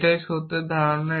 এটাই সত্যের ধারণা